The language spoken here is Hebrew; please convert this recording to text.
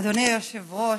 אדוני היושב-ראש,